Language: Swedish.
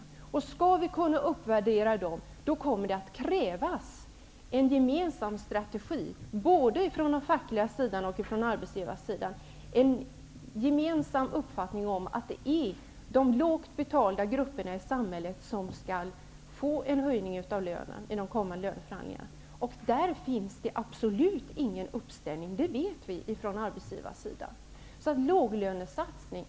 För att vi skall kunna uppvärdera dem kommer det att krävas en gemensam strategi både från den fackliga sidan och från arbetsgivarsidan, en gemensam uppfattning om att det är de lågt betalda grupperna i samhället som skall få en lönehöjning i de kommande löneförhandlingarna. Där finns det absolut ingen uppställning från arbetsgivarsidan, det vet vi.